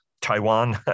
Taiwan